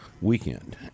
weekend